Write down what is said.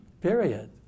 period